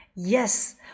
Yes